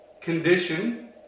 condition